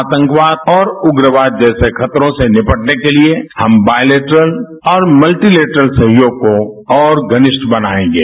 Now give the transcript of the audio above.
आतंकवाद और उग्रवाद जैसे खतरों से निपटने के लिए हम बायलेटरल और मल्टीलेटरल सहयोग को और घनिष्ठ बनाएगें